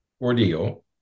ordeal